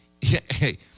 hey